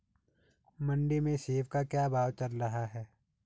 मंडी में सेब का क्या भाव चल रहा है?